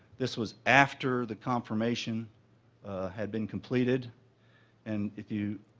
this was after the confirmation had been completed and if you,